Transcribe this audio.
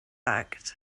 act